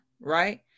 right